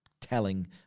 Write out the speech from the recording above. telling